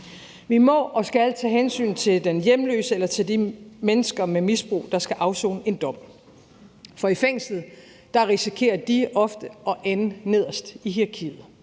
Vi må og skal tage hensyn til den hjemløse og til de mennesker med misbrug, der skal afsone en dom, for i fængslet risikerer de ofte at ende nederst i hierarkiet.